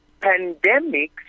pandemics